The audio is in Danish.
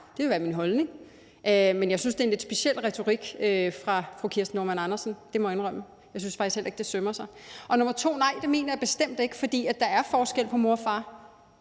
det vil være min holdning. Men jeg synes, det er en lidt speciel retorik fra fru Kirsten Normann Andersens side. Det må jeg indrømme. Jeg synes faktisk heller ikke, det sømmer sig. 2) Nej, det mener jeg bestemt ikke. For der er forskel på mor og far.